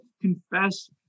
Confess